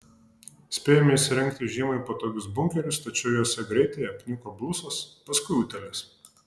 spėjome įsirengti žiemai patogius bunkerius tačiau juose greitai apniko blusos paskui utėlės